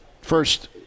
first